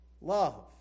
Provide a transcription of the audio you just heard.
love